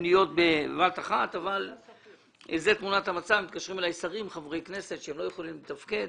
ומה שלא בהסכמה לא יועבר.